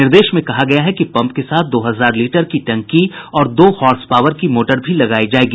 निर्देश में कहा गया है कि पंप के साथ दो हजार लीटर की टंकी और दो हार्स पावर की मोटर भी लगायी जायेगी